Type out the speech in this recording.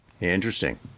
Interesting